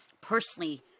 personally